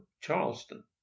charleston